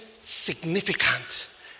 significant